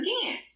again